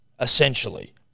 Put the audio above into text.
essentially